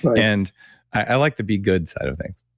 and i like the be good side of things